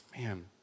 Man